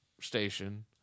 station